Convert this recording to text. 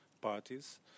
parties